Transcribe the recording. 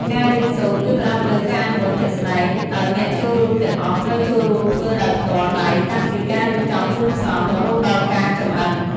ការរៀនសូត្រគឺផ្តោតលើ ការអនុវត្តជាក់ស្តែង ដោយអ្នកចូលរួមទាំងអស់ត្រូវចូលរួមធ្វើដោយផ្ទាល់ដៃតាំងពីការរៀបចំគ្រឿងផ្សំ រហូតដល់ការចម្អិន។